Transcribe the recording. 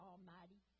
Almighty